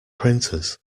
printers